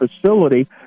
facility